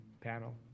panel